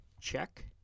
check